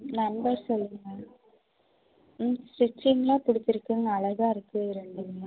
number சொல்லுங்கள் ம் ஸ்டிச்சிங்கலாம் பிடிச்சிருக்கு அழகா இருக்கு இது ரெண்டுமே